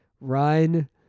run